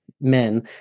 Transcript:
men